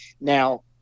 Now